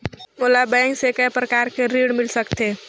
मोला बैंक से काय प्रकार कर ऋण मिल सकथे?